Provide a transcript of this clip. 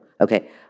okay